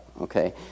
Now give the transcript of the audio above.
Okay